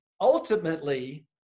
ultimately